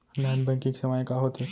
Non banking सेवाएं का होथे?